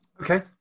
okay